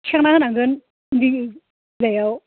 थिखांना होनांगोन इन्दि बिलाइयाव